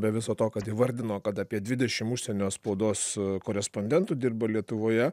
be viso to kad įvardino kad apie dvidešimt užsienio spaudos korespondentų dirba lietuvoje